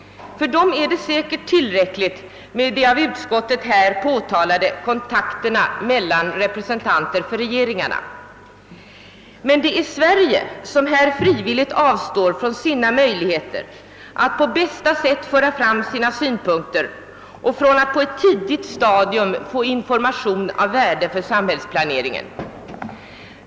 För dem är det säkert tillräckligt med de av statsutskottet påtalade kontakterna mellan representanter för regeringarna. Det är Sverige som frivilligt avstår från sina möjligheter att på bästa sätt föra fram sina synpunkter och från att på ett tidigt stadium få information av värde för samhällsplaneringen.